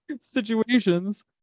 situations